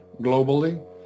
globally